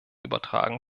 übertragen